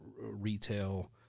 retail –